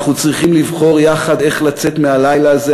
אנחנו צריכים לבחור יחד איך לצאת מהלילה הזה.